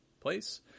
place